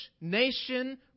nation